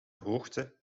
hoogte